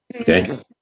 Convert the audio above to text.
Okay